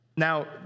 Now